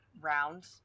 round